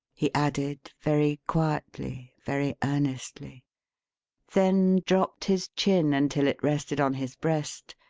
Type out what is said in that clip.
he added, very quietly, very earnestly then dropped his chin until it rested on his breast,